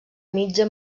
mitja